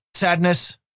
Sadness